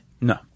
No